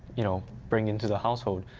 you know, bring into the household.